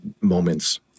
moments